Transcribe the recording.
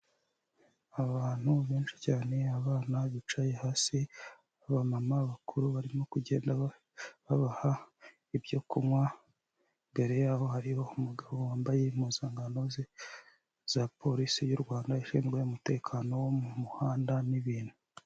Abantu benshi cyane abana bicaye hasi, abamama bakuru barimo kugenda babaha ibyo kunywa, imbere yabo hari umugabo wambaye impuzankano ze za polisi y'u Rwanda ishinzwe umutekano wo mu muhanda n'ibintu.